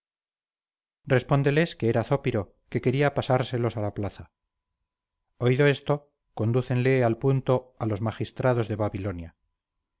respóndeles que era zópiro que quería pasárselos a la plaza oído esto condúcenle al punto a los magistrados de babilonia